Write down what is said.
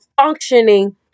functioning